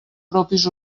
propis